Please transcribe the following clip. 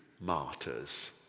martyrs